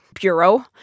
bureau